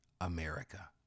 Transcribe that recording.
America